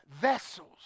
vessels